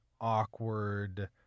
awkward